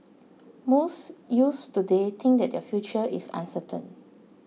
most youths today think that their future is uncertain